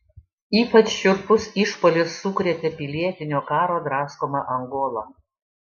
ypač šiurpus išpuolis sukrėtė pilietinio karo draskomą angolą